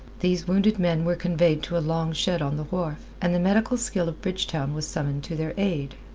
these wounded men were conveyed to a long shed on the wharf, and the medical skill of bridgetown was summoned to their aid.